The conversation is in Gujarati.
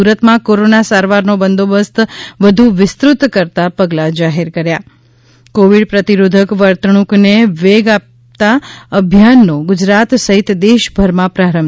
સુરત માં કોરોના સારવાર નો બંદોબસ્ત વધુ વિસ્તૃત કરતાં પગલાં જાહેર કર્યા કોવિડ પ્રતિરોધક વર્તણૂક ને વેગ આપતા અભિયાનનો ગુજરાત સહિત દેશભરમાં પ્રારંભ